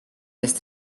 eest